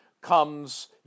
comes